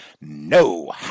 no